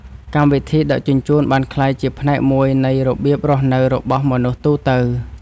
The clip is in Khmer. កម្មវិធីដឹកជញ្ជូន បានក្លាយជាផ្នែកមួយនៃរបៀបរស់នៅរបស់មនុស្សទូទៅ។